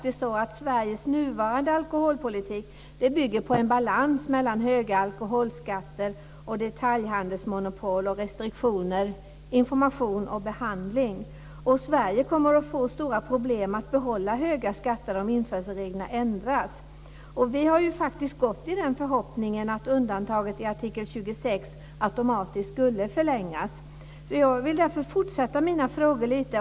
Sveriges nuvarande alkoholpolitik bygger på en balans mellan höga alkoholskatter, detaljhandelsmonopol, restriktioner, information och behandling. Sverige kommer att få stora problem att behålla höga skatter om införselreglerna ändras. Vi har gått i den förhoppningen att undantaget i artikel 26 automatiskt skulle förlängas. Jag vill därför fortsätta mina frågor lite.